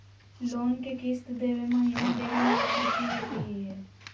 Loan के किस्त देवे महिना देरी होवे पर की होतही हे?